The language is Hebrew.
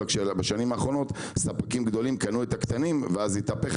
בשנים האחרונות הספקים הגדולים קנו את הקטנים ואז התהפך